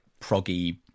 proggy